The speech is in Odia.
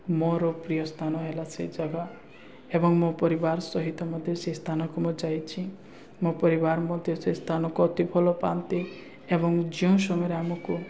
ମୋର ପ୍ରିୟ ସ୍ଥାନ ହେଲା ସେ ଜାଗା ଏବଂ ମୋ ପରିବାର ସହିତ ମଧ୍ୟ ସେ ସ୍ଥାନକୁ ମୁଁ ଯାଇଛିି ମୋ ପରିବାର ମଧ୍ୟ ସେ ସ୍ଥାନକୁ ଅତି ଭଲ ପାଆନ୍ତି ଏବଂ ଯେଉଁ ସମୟରେ ଆମକୁ